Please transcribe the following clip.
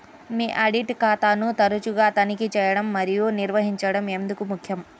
మీ audit ఖాతాను తరచుగా తనిఖీ చేయడం మరియు నిర్వహించడం ఎందుకు ముఖ్యం?